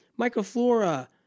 microflora